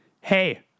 Hey